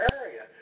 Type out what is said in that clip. area